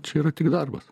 čia yra tik darbas